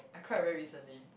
I cried very recently